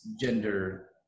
gender